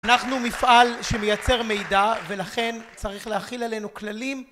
אנחנו מפעל שמייצר מידע ולכן צריך להכיל עלינו כללים